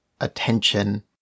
attention